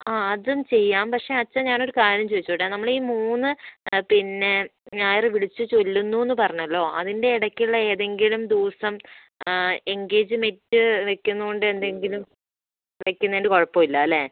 ആ അതും ചെയ്യാം പക്ഷെ അച്ചാ ഞാനൊരു കാര്യം ചോദിച്ചോട്ടെ നമ്മൾ ഈ മൂന്ന് പിന്നേ ഞായർ വിളിച്ചു ചൊല്ലുന്നു എന്നു പറഞ്ഞല്ലോ അതിൻ്റെ ഇടയ്ക്കുള്ള ഏതെങ്കിലും ദിവസം എൻഗേജ്മെൻറ് വയ്ക്കുന്നതുകൊണ്ടെന്തെങ്കിലും വയ്ക്കുന്നതുകൊണ്ട് കുഴപ്പമില്ല അല്ലെ